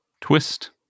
Twist